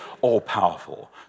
all-powerful